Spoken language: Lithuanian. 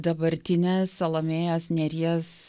dabartinės salomėjos nėries